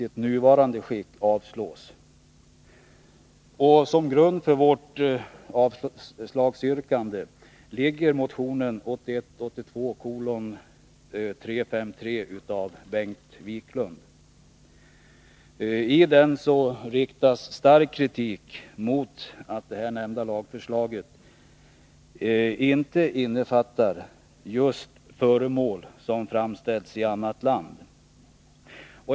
Till grund för vårt avslagsyrkande ligger motionen 1981/82:353 av Bengt Wiklund. I den riktas kritik mot att lagförslaget inte omfattar just föremål som har framställts i annat land.